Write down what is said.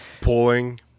pulling